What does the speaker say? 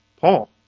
Paul